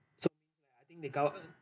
so I think they cover